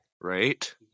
Right